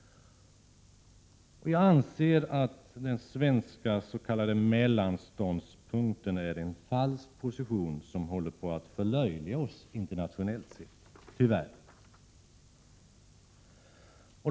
Vi anser att den svenska ”mellanståndpunkten” är en falsk position, som tyvärr håller på att förlöjliga oss internationellt sett.